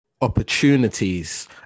opportunities